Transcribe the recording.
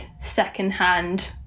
secondhand